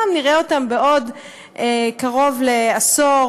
גם נראה אותם בעוד קרוב לעשור,